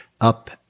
up